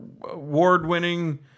award-winning